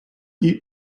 eat